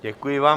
Děkuji vám.